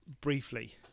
briefly